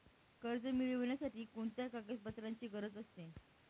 कर्ज मिळविण्यासाठी कोणत्या कागदपत्रांची गरज असते?